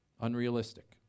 unrealistic